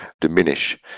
diminish